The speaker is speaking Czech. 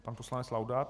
Pan poslanec Laudát.